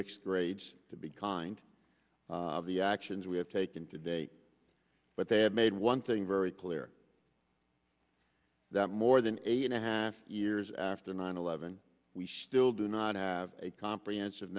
mixed grades to be kind of the actions we have taken today but they have made one thing very clear that more than eight and a half years after nine eleven we still do not have a comprehensive